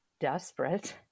desperate